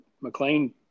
McLean